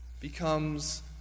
becomes